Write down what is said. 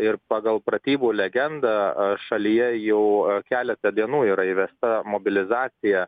ir pagal pratybų legendą šalyje jau keletą dienų yra įvesta mobilizacija